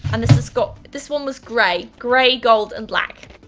and this has got, this one was gray. gray, gold and black.